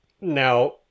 now